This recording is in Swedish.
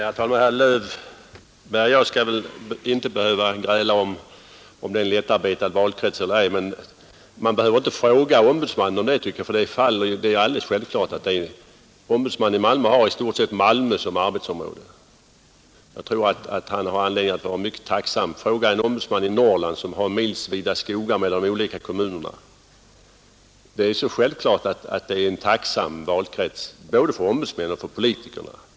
Herr talman! Herr Löfberg och jag skall väl inte behöva gräla om huruvida det är en lättarbetad valkrets eller ej. Man behöver inte fråga ombudsmannen om det, tycker jag, ty det är alldeles självklart att en ombudsman i Malmö som i stort sett har Malmö som arbetsområde har ett lättarbetat distrikt. Jag tror att han har anledning att vara mycket tacksam. Jämför med en ombudsman i Norrland som har milsvida skogar mellan de olika orterna! Det är självklart att fyrstadskretsen är en tacksam valkrets både för ombudsmännen och politikerna.